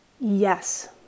Yes